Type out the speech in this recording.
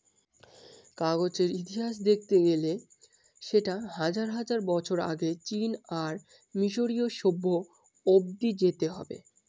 কাগজের ইতিহাস দেখতে গেলে সেটা হাজার হাজার বছর আগে চীন আর মিসরীয় সভ্য অব্দি যেতে হবে